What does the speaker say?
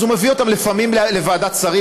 אז הוא מביא אותן לפעמים לוועדת שרים,